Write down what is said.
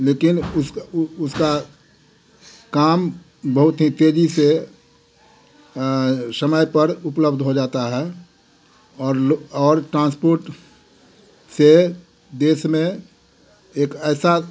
लेकिन उसका उसका काम बहुत ही तेज़ी से समय पर उपलब्ध हो जाता है और लो और टांसपोर्ट से देश में एक ऐसा